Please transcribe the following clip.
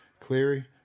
Cleary